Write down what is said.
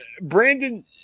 Brandon